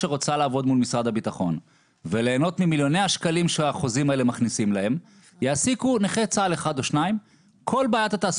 האופי והדחיפה ובתי הלוחם וארגון נכי צה"ל